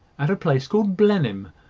at a place called blenheim,